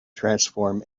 transform